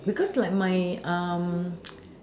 because like my um